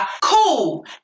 Cool